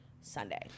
Sunday